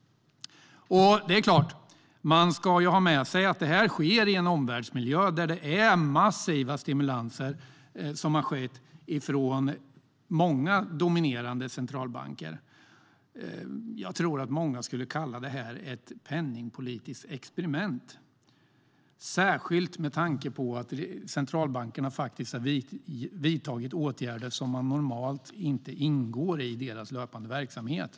Man ska ha med sig att detta sker i en omvärldsmiljö där massiva stimulanser har skett från många dominerande centralbanker. Jag tror att många skulle kalla detta ett penningpolitiskt experiment, särskilt med tanke på att centralbankerna faktiskt har vidtagit åtgärder som normalt sett inte ingår i deras löpande verksamhet.